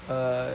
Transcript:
uh